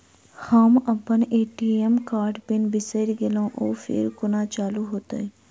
हम अप्पन ए.टी.एम कार्डक पिन बिसैर गेलियै ओ फेर कोना चालु होइत?